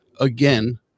again